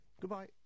goodbye